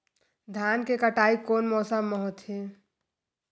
धान के कटाई कोन मौसम मा होथे?